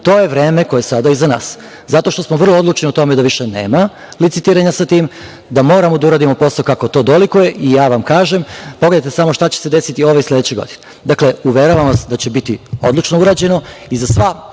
to je vreme koje je sada iza nas zato što smo vrlo odlučni da više nema licitiranja sa tim, da moramo da uradimo posao kako to dolikuje i, kažem vam, pogledajte šta će se desiti ove i sledeće godine. Dakle, uveravam vas da će biti odlično urađeno i za sva